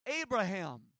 Abraham